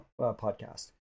podcast